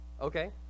Okay